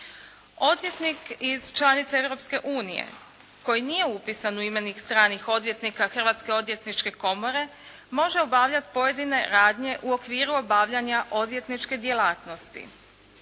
Odvjetnik iz članice Europske unije koji nije upisan u imenik stranih odvjetnika Hrvatske odvjetničke komore može obavljat pojedine radnje u okviru obavljanja odvjetničke djelatnosti.